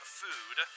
food